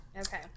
okay